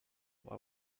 what